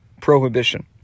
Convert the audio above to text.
prohibition